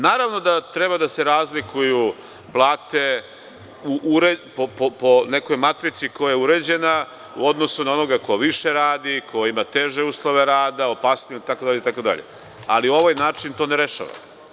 Naravno da treba da se razlikuju plate po nekoj matrici koja je uređena u odnosu na onoga ko više radi, ko ima teže uslove rada, opasnije itd, ali ovaj način to ne rešava.